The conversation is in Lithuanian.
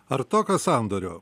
ar tokio sandorio